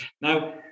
Now